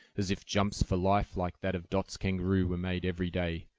as if jumps for life like that of dot's kangaroo were made every day,